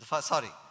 sorry